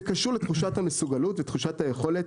זה קשור לתחושת המסוגלות ותחושת היכולת.